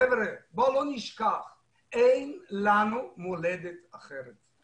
חבר'ה, בואו לא נשכח שאין לנו מולדת אחרת.